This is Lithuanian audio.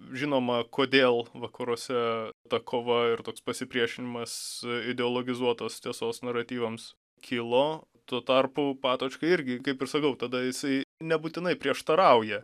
žinoma kodėl vakaruose ta kova ir toks pasipriešinimas ideologizuotos tiesos naratyvams kilo tuo tarpu patočkai irgi kaip ir sakau tada jisai nebūtinai prieštarauja